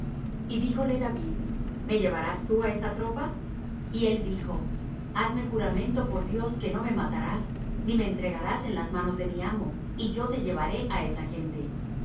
y díjole david me llevarás tú á esa tropa y él dijo hazme juramento por dios que no me matarás ni me entregarás en las manos de mi amo y yo te llevaré á esa gente